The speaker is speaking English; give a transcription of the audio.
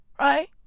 Right